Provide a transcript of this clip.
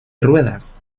ruedas